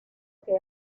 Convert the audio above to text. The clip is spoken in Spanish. que